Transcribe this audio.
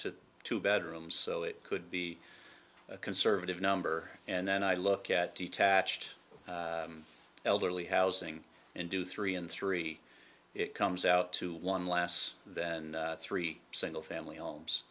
the two bedrooms so it could be a conservative number and then i look at detached elderly housing and do three and three it comes out to one last then three single family homes